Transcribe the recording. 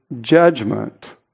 judgment